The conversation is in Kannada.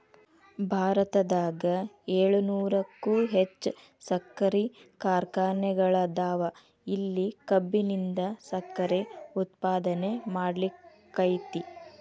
ಭಾರತದಾಗ ಏಳುನೂರಕ್ಕು ಹೆಚ್ಚ್ ಸಕ್ಕರಿ ಕಾರ್ಖಾನೆಗಳದಾವ, ಇಲ್ಲಿ ಕಬ್ಬಿನಿಂದ ಸಕ್ಕರೆ ಉತ್ಪಾದನೆ ಮಾಡ್ಲಾಕ್ಕೆತಿ